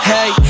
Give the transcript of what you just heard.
Hey